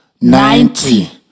Ninety